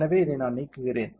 எனவே இதை நான் நீக்குகிறேன்